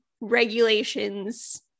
regulations